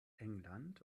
england